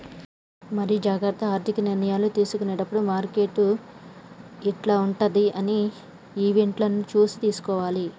మరి జాగ్రత్త ఆర్థిక నిర్ణయాలు తీసుకునేటప్పుడు మార్కెట్ యిట్ల ఉంటదని ఈవెంట్లను చూసి తీసుకోవాలి